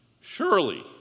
Surely